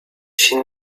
she